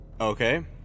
Okay